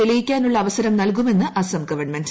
തെളിയിക്കാനുള്ള അവസരം നൽകുമെന്ന് അസം ഗവൺമെന്റ്